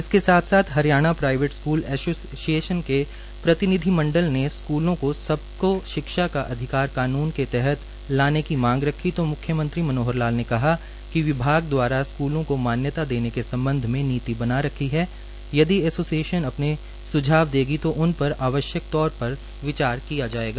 इसके साथ साथ हरियाणा प्राइवेट स्कूल एसोसिएशन के प्रतिनिधिमंडल ने स्कूलो को सबको शिक्षा का अधिकार कानून के तहत लाने की मांग रखी तो म्ख्यमंत्री मनोहर लाल ने कहा कि विभाग दवारा स्कूलों को मान्यता देने के संबंध में नीति बना रखी है यदि एसोसिएशन अपने सुझाव देगी तो उनपर आवश्यक तौर पर विचार किया जाएगा